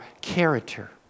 character